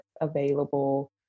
available